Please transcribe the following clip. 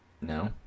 No